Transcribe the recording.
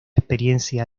experiencia